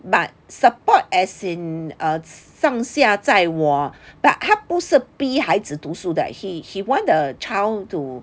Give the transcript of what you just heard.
but support as in err 上下在我 but 他不是逼孩子读书的 he he want the child to